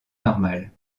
normale